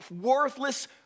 worthless